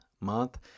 month